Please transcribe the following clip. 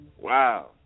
Wow